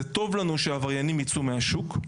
זה טוב לנו שעבריינים ייצאו מהשוק.